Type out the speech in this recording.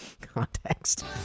context